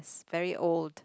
very old